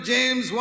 James